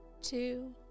two